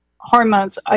hormones